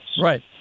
Right